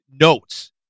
notes